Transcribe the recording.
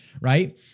right